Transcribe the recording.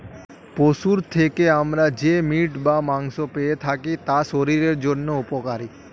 পশুর থেকে আমরা যে মিট বা মাংস পেয়ে থাকি তা শরীরের জন্য উপকারী